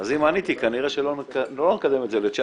אז אם עניתי אז כנראה שלא נקדם את זה ל-19.